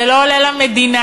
זה לא עולה למדינה.